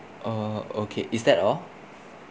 uh okay is that all